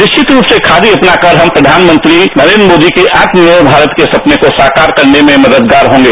निश्चित रूप से खादी अपना कर हम प्रधानमंत्री नरेंद्र मोदी के आत्मनिर्मर भारत के सपने को साकार करने में मददगार होंगे